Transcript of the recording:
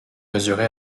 mesuré